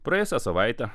praėjusią savaitę